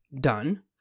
done